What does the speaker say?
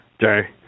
Jerry